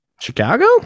chicago